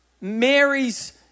Mary's